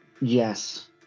Yes